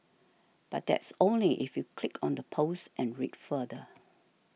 but that's only if you click on the post and read further